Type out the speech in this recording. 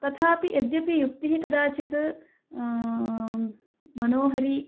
तथापि यद्यपि उक्तिः कदाचित् मनोहारी